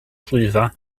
clwyfau